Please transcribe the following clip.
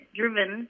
driven